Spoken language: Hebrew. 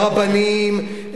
הרבנים.